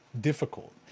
difficult